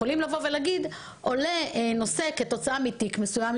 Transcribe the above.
יכולים לומר שעולה נושא כתוצאה תיק מסוים,